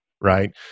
right